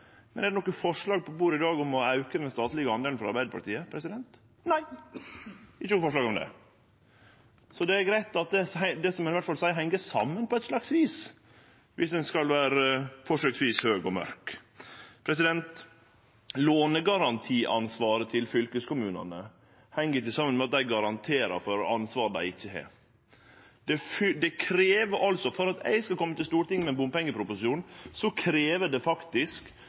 Men er det noko forslag frå Arbeidarpartiet på bordet i dag om å auke den statlege delen? Nei, det er ikkje noko forslag om det. Det er greitt at det ein seier, iallfall heng saman på eit slags vis om ein skal vere forsøksvis høg og mørk. Lånegarantiansvaret til fylkeskommunane heng ikkje saman med at dei garanterer for ansvar dei ikkje har. For at eg skal kome til Stortinget med ein bompengeproposisjon, krevst det faktisk